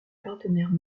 partenaire